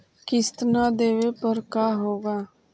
किस्त न देबे पर का होगा?